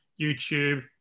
YouTube